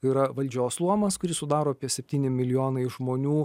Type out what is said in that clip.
yra valdžios luomas kurį sudaro apie septyni milijonai žmonių